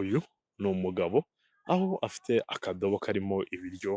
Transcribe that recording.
Uyu ni umugabo aho afite akadobo karimo ibiryo